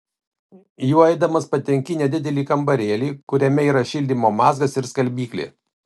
juo eidamas patenki į nedidelį kambarėlį kuriame yra šildymo mazgas ir skalbyklė